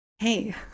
hey